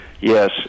Yes